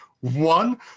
one